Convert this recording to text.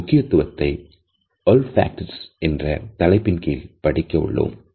இதன் முக்கியத்துவத்தை all facts என்ற தலைப்பின் கீழ் படிக்க உள்ளோம்